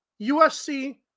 USC